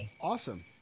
Awesome